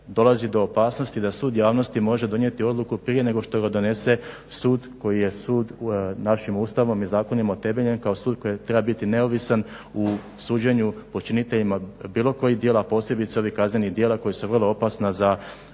dolazi do opasnosti da sud javnosti može donijeti odluku prije nego što ga donese sud koji je sud našim Ustavom i zakonima utemeljen kao sud koji treba biti neovisan u suđenju počiniteljima bilo kojih djela, a posebice ovih kaznenih djela koja su vrlo opasna za